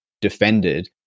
defended